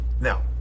Now